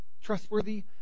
Trustworthy